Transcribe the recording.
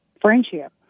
Friendship